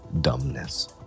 dumbness